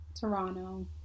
Toronto